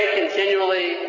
continually